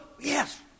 Yes